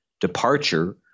Departure